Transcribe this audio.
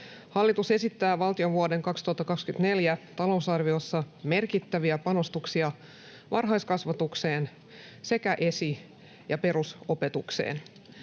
Hallitus esittää valtion vuoden 2024 talousarviossa merkittäviä panostuksia varhaiskasvatukseen sekä esi- ja perusopetukseen.